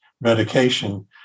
medication